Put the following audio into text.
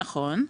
נכון,